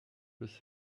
with